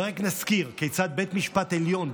ורק נזכיר כיצד בית המשפט העליון,